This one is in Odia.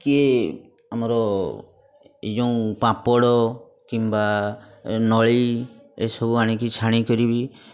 କିଏ ଆମର ଏଇ ଯେଉଁ ପାମ୍ପଡ଼ କିମ୍ବା ନଳୀ ଏସବୁ ଆଣିକି ଛାଣି କରି ବି